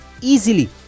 easily